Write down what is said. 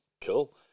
Cool